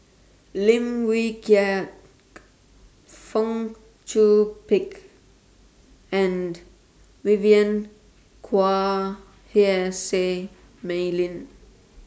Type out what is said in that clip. Lim Wee Kiak Fong Chong Pik and Vivian Quahe Seah Mei Lin